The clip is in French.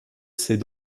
ses